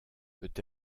peut